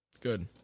Good